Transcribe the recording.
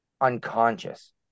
unconscious